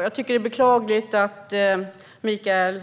Fru talman! Det är beklagligt att Mikael